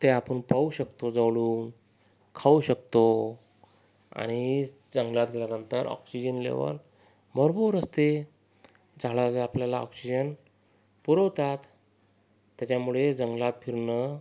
ते आपण पाहू शकतो जवळून खाऊ शकतो आणि जंगलातल्यानंतर ऑक्सिजन लेव्हल भरपूर असते झाडं ते आपल्याला ऑक्सिजन पुरवतात त्याच्यामुळे जंगलात फिरणं